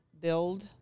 build